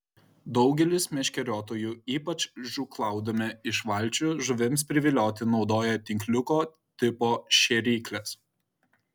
daugelis meškeriotojų ypač žūklaudami iš valčių žuvims privilioti naudoja tinkliuko tipo šėrykles